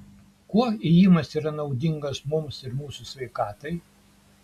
kuo ėjimas yra naudingas mums ir mūsų sveikatai